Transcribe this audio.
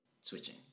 switching